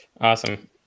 Awesome